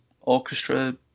orchestra